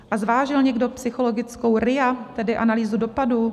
A zvážil někdo psychologickou RIA, tedy analýzu dopadů?